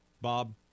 Bob